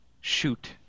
Shoot